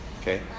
okay